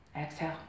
Exhale